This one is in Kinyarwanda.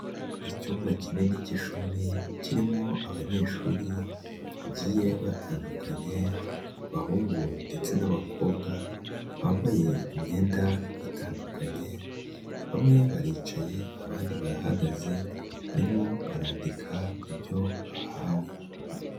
Icyumba kinini cy'ishuri kirimo abanyeshuri bagiye batandukanye, abahungu ndetse n'abakobwa, bambaye imyenda itandukanye, bamwe baricaye abandi bahagaze, barimo barandika ibyo bahawe.